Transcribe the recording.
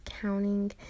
counting